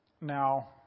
Now